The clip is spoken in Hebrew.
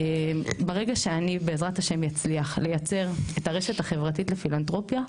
ברגע שאני בע"ה אצליח לייצר את הרשת החברתית לפילנתרופיה,